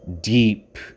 deep